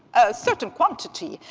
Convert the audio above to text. certain quantity,